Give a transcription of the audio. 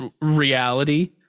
reality